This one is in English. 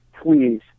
please